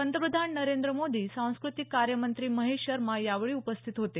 पंतप्रधान नरेंद्र मोदी सांस्कृतिक कार्यमंत्री महेश शर्मा यावेळी उपस्थित होते